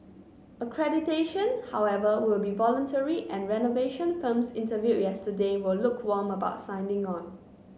accreditation however will be voluntary and renovation firms interviewed yesterday were lukewarm about signing on